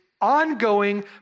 ongoing